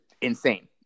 insane